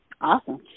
Awesome